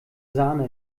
sahne